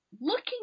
looking